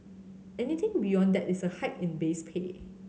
anything beyond that is a hike in base pay